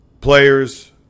players